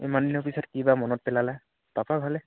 ইমান দিনৰ পিছত কি বা মনত পেলালা পাপা ভালে